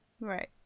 right